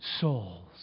souls